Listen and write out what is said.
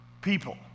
people